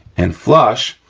and flush,